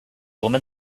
woman